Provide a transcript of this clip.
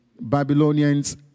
Babylonians